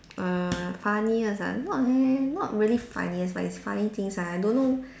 err funniest ah not really not really funniest but it's funny things ah I don't know